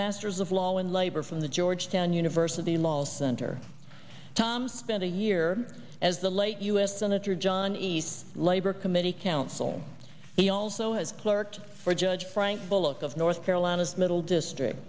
masters of law and labor from the georgetown university law center tom spent a year as the late u s senator john east labor committee counsel he also has clerked for judge frank bullock of north carolina's middle district